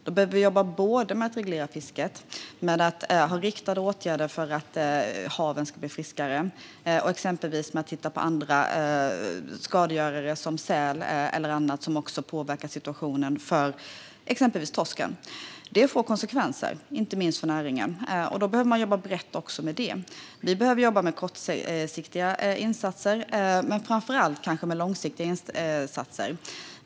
Då behöver vi jobba både med att reglera fisket och med att ha riktade åtgärder för att haven ska bli friskare, exempelvis att titta på andra skadegörare som säl och annat som också påverkar situationen för exempelvis torsken. Det får konsekvenser, inte minst för näringen. Då behöver man jobba brett också med detta. Vi behöver jobba med kortsiktiga insatser, men framför allt kanske med långsiktiga insatser.